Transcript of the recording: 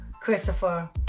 Christopher